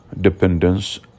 dependence